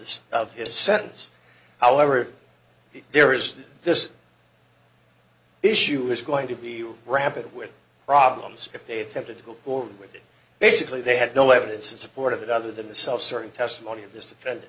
this of his sentence however there is this issue is going to be rapid with problems if they attempted to go forward with it basically they had no evidence in support of it other than the self serving testimony of this defend